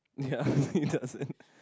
yeah he doesn't